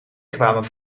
kwamen